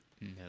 No